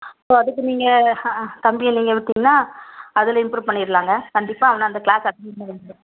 so அதுக்கு நீங்கள் தம்பியை நீங்கள் விட்டிங்கன்னா அதில் இம்ப்ரூவ் பண்ணிடலாங்க கண்டிப்பாக அவனை அந்த க்ளாஸ் அட்டென்ட் பண்ண வையுங்க